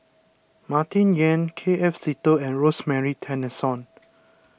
Martin Yan K F Seetoh and Rosemary Tessensohn